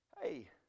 Hey